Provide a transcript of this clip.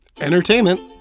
entertainment